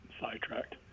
sidetracked